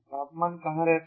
तापमान कहाँ रहता है